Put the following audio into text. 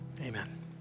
Amen